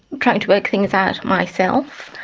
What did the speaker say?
trying to work things out myself.